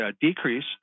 decrease